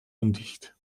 undicht